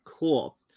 Cool